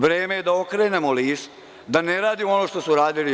Vreme je da okrenemo list, da ne radimo ono što su radili oni.